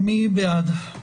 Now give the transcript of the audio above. מי בעד?